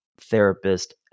therapist